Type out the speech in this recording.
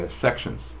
sections